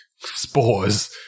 spores